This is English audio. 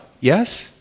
Yes